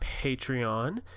patreon